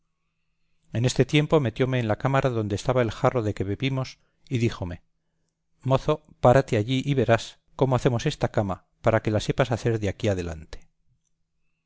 en este tiempo metióme en la cámara donde estaba el jarro de que bebimos y díjome mozo párate allí y verás cómo hacemos esta cama para que la sepas hacer de aquí adelante